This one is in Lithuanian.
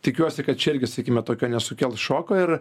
tikiuosi kad čia irgi sakykime tokio nesukels šoko ir